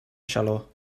xaló